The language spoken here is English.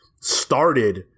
Started